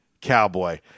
Cowboy